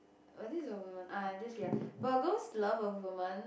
just read ah Virgos love a woman